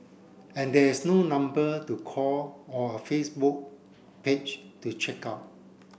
and there is no number to call or a Facebook page to check out